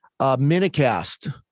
Minicast